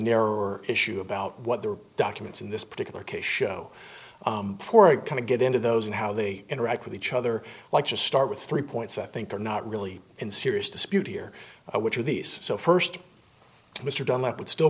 nearer issue about what the documents in this particular case show for it kind of get into those and how they interact with each other like to start with three points i think are not really in serious dispute here which are these so first mr dunlap would still